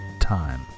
time